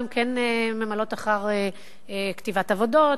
הן כן ממלאות אחר כתיבת עבודות,